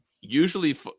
usually